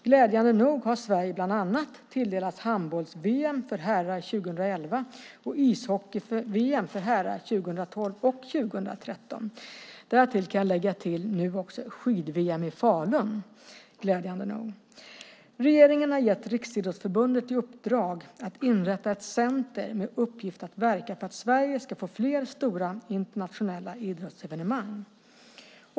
Glädjande nog har Sverige bland annat tilldelats handbolls-VM för herrar 2011 och ishockey-VM för herrar 2012 och 2013. Till detta kan jag nu även lägga skid-VM i Falun. Regeringen har gett Riksidrottsförbundet i uppdrag att inrätta ett center med uppgift att verka för att Sverige ska få fler stora internationella idrottsevenemang.